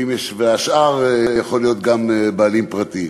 והשאר יכול להיות גם של בעלים פרטיים,